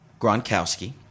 Gronkowski –